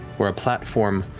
where a platform,